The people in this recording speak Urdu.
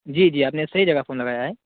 جی جی آپ نے صحیح جگہ فون لگایا ہے